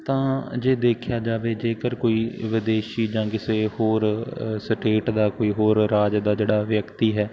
ਤਾਂ ਜੇ ਦੇਖਿਆ ਜਾਵੇ ਜੇਕਰ ਕੋਈ ਵਿਦੇਸ਼ੀ ਜਾਂ ਕਿਸੇ ਹੋਰ ਸਟੇਟ ਦਾ ਕੋਈ ਹੋਰ ਰਾਜ ਦਾ ਜਿਹੜਾ ਵਿਅਕਤੀ ਹੈ